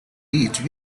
reached